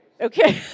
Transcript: Okay